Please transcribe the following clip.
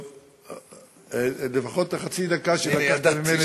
טוב, לפחות את חצי הדקה שלקחת ממני, תיתן לי.